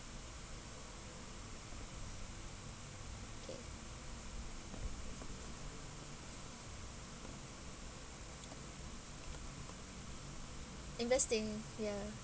okay interesting ya